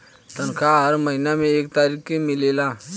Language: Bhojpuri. तनखाह हर महीना में एक तारीख के मिलेला